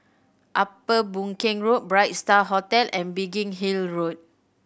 Upper Boon Keng Road Bright Star Hotel and Biggin Hill Road